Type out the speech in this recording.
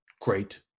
Great